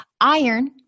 Iron